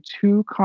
two